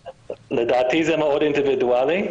לדעתי, זה מאד אינדיבידואלי.